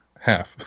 half